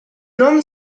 non